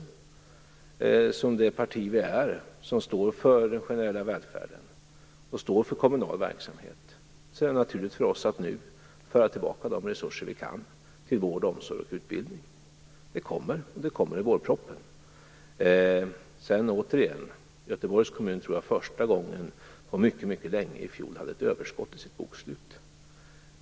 Eftersom vi är ett parti som står för den generella välfärden och kommunal verksamhet är det naturligt för oss att nu föra tillbaka de resurser vi kan till vård, omsorg och utbildning. De kommer, och de kommer i vårpropositionen. Återigen: Jag tror att Göteborgs kommun för första gången på mycket länge i fjol hade ett överskott i sitt bokslut.